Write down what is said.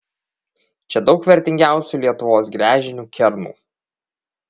čia daug vertingiausių lietuvos gręžinių kernų